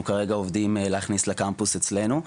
כרגע עובדים על מנת להכניס לקמפוס אצלנו,